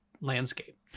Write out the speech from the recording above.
landscape